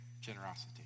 generosity